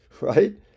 right